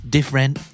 Different